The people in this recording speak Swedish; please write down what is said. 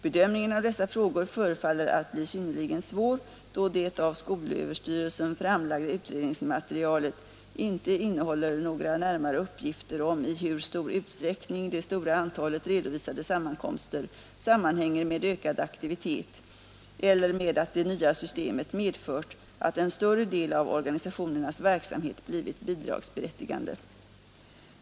Bedömningen av dessa frågor förefaller att bli synnerligen svår då det av skolöverstyrelsen framlagda utredningsmaterialet inte innehåller några närmare uppgifter om i hur stor utsträckning det stora antalet redovisade sammankomster sammanhänger med ökad aktivitet eller med att det nya systemet medfört att en större del av organisationernas verksamhet blivit bidragsberättigande.